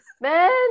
Man